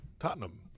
Tottenham